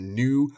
new